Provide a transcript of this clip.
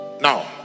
now